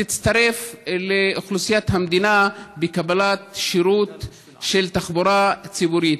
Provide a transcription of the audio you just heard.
תצטרף לאוכלוסיית המדינה בקבלת שירות של תחבורה ציבורית.